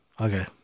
Okay